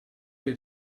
per